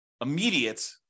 immediate